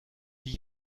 die